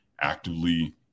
actively